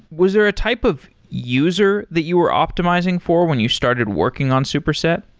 was there a type of user that you were optimizing for when you started working on superset?